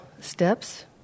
steps